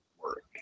work